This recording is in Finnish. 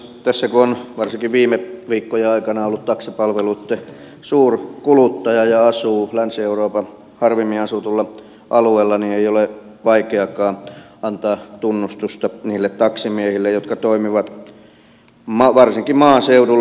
tässä kun on varsinkin viime viikkojen aikana ollut taksipalveluitten suurkuluttaja ja asuu länsi euroopan harvimmin asutulla alueella niin ei ole vaikeakaan antaa tunnustusta niille taksimiehille jotka toimivat varsinkin maaseudulla